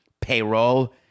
payroll